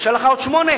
נשארו לך עוד שמונה,